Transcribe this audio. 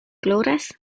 gloras